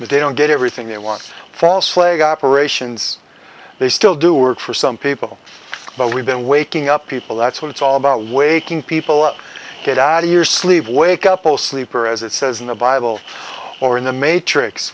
but they don't get everything they want false flag operations they still do work for some people but we've been waking up people that's what it's all about waking people up get out of your sleep wake up oh sleeper as it says in the bible or in the matrix